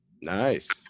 Nice